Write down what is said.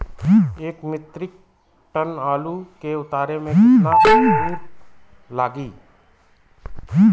एक metric ton आलू के उतारे मे कितना मजदूर लागि?